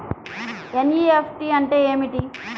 NEFT అంటే ఏమిటీ?